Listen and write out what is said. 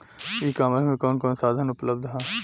ई कॉमर्स में कवन कवन साधन उपलब्ध ह?